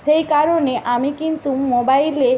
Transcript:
সেই কারণে আমি কিন্তু মোবাইলে